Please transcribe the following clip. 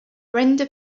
brenda